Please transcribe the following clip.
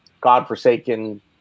godforsaken